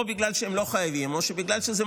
או בגלל שהם לא חייבים או בגלל שזה